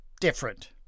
different